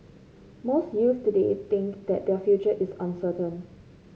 most youths today think that their future is uncertain